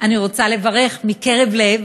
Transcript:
אני רוצה לברך מקרב לב,